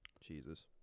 Jesus